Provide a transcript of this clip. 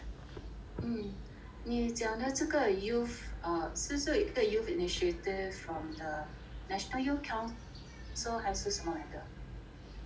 hmm 你讲的这个 youth err 是不是一个 youth initiative from the national youth council 还是什么来的